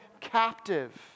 captive